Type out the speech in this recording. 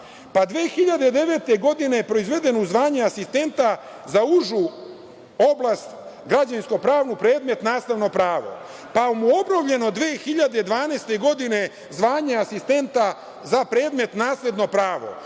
Pa 2009. godine je proizveden u zvanje asistenta za užu oblast građevinsko-pravnu, predmet – nastavno pravo. Pa mu obnovljeno 2012. godine zvanje asistenta za predmet – nasledno pravo.